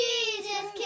Jesus